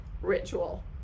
ritual